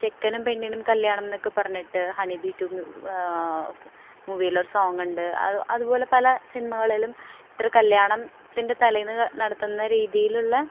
ചെക്കനും പെണ്ണിനും കല്യാണം എന്നൊക്കെ പറഞ്ഞിട്ട് ഹണി ബി ടു മൂവിയിൽ ഒരു സോങ്ങുണ്ട് അത് അത് പോലെ പല സിനിമകളിലും ഇത്ര കല്യാണം തലേന്ന് നടത്തുന്ന രീതിയിലുള്ള